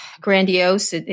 grandiose